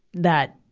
that,